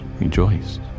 rejoiced